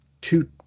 two